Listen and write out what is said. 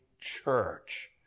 church